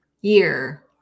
year